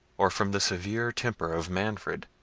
or from the severe temper of manfred,